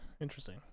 Interesting